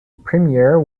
premiere